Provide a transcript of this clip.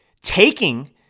taking